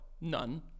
none